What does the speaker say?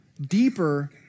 Deeper